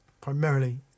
primarily